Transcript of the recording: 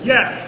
Yes